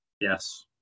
Yes